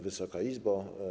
Wysoka Izbo!